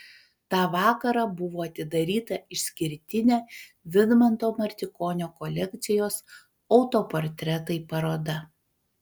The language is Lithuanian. tą vakarą buvo atidaryta išskirtinė vidmanto martikonio kolekcijos autoportretai paroda